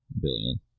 billion